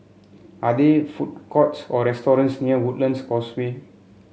are there food courts or restaurants near Woodlands Causeway